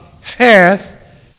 hath